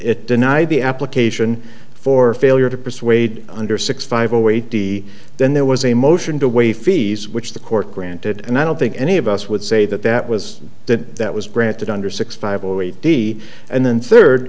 it denied the application for failure to persuade under six five away de then there was a motion to waive fees which the court granted and i don't think any of us would say that that was that that was granted under six five or eight d and then third